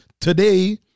today